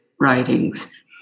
writings